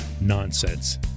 nonsense